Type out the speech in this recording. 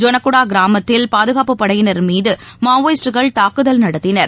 ஜொனாகுடாகிராமத்தில் பாதுகாப்புப்படையினர் மீதுமாவோயிஸ்டுகள் தாக்குதல் நடத்தினர்